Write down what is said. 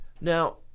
now